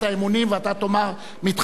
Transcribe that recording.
ואתה תאמר: "מתחייב אני".